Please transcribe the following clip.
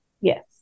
Yes